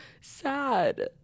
sad